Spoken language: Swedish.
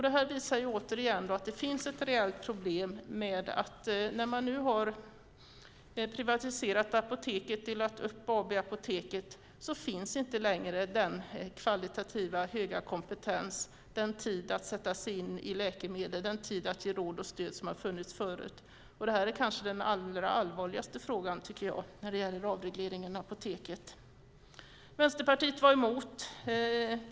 Det här visar återigen att det finns ett reellt problem med att när apoteket har privatiserats, Apoteket AB har delats upp, finns inte längre den kvalitativa höga kompetens, den tid att sätta sig in i olika typer av läkemedel, den tid att ge råd och stöd som har funnits förut. Det är den allvarligaste frågan när det gäller avregleringen av apoteket. Vänsterpartiet var emot avregleringen.